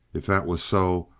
if that was so!